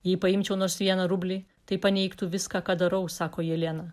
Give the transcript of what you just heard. jei paimčiau nors vieną rublį tai paneigtų viską ką darau sako jelena